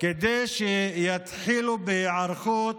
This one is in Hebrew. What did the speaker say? כדי שיתחילו בהיערכות